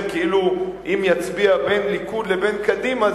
כאילו אם יצביע בין הליכוד לבין קדימה,